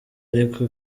ariko